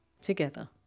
together